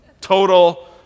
Total